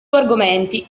argomenti